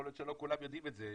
יכול להיות שלא כולם יודעים את זה.